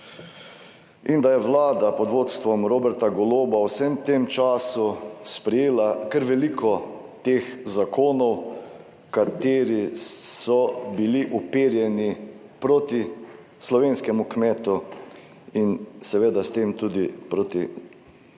in da je Vlada pod vodstvom Roberta Goloba v vsem tem času sprejela kar veliko teh zakonov, kateri so bili uperjeni proti slovenskemu kmetu in seveda s tem tudi proti slovenskemu